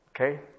Okay